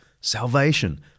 salvation